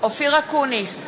אופיר אקוניס,